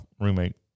roommate